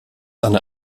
einer